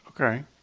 Okay